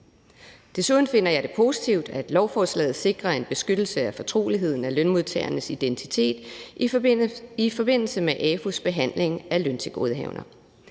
Desuden finder jeg det positivt, at lovforslaget sikrer en beskyttelse af fortroligheden af lønmodtagernes identitet i forbindelse med AFU's behandling af løntilgodehavender.